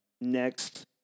Next